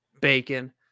bacon